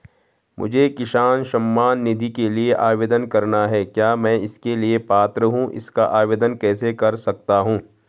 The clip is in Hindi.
मुझे किसान सम्मान निधि के लिए आवेदन करना है क्या मैं इसके लिए पात्र हूँ इसका आवेदन कैसे कर सकता हूँ?